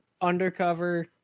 undercover